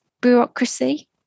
bureaucracy